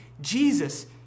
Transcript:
Jesus